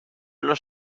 los